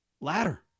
ladder